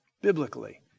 biblically